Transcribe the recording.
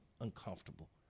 uncomfortable